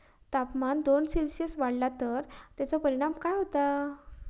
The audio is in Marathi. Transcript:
तापमान दोन सेल्सिअस वाढला तर तेचो काय परिणाम होता?